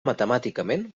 matemàticament